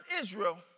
Israel